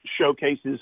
showcases